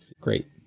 Great